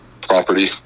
Property